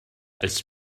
als